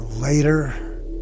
Later